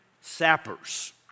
sappers